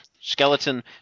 Skeleton